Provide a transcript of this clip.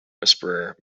whisperer